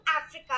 Africa